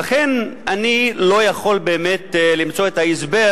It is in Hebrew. לכן אני לא יכול באמת למצוא את ההסבר